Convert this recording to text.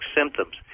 symptoms